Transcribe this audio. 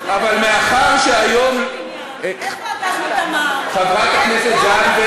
לגבי אירוע הבטיחות הזה שבו היה מעורב הפקח שמדובר